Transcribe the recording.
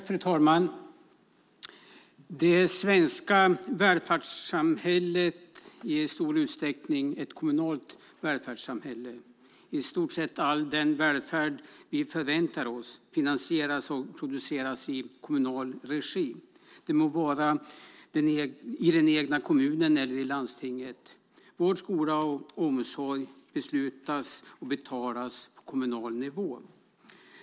Fru talman! Det svenska välfärdssamhället är i stor utsträckning ett kommunalt välfärdssamhälle. I stort sett all den välfärd vi förväntar oss finansieras och produceras i kommunal regi. Det må vara i den egna kommunen eller i landstinget. Vård, skola och omsorg beslutas och betalas på kommunal nivå.